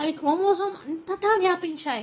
అవి క్రోమోజోమ్ అంతటా వ్యాపించాయి